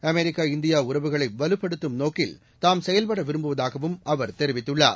அமெரிக்க இந்தியஉறவுகளைவலுப்படுத்தும் நோக்கில் தாம் செயல்படவிரும்புவதாகஅவர் தெரிவித்துள்ளார்